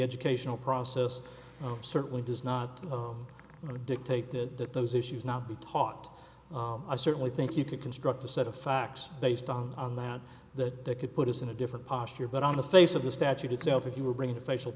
educational process certainly does not want to dictate that that those issues not be taught i certainly think you could construct a set of facts based on that that they could put us in a different posture but on the face of the statute itself if you were bringing a facial